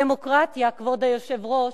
דמוקרטיה, כבוד היושב-ראש,